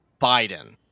Biden